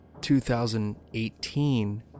2018